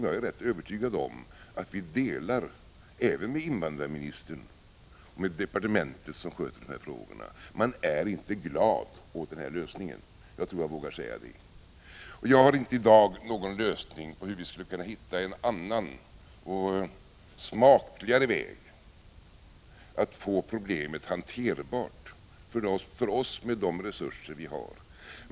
Jag är rätt övertygad om att vi delar denna oro även med invandrarministern och departementet som sköter dessa frågor. Jag tror att jag vågar säga att man inte är glad åt den här lösningen. Jag har i dag inte någon lösning på hur vi med de resurser vi har skulle kunna hitta en annan och smakligare väg att hantera problemet.